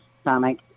stomach